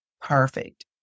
perfect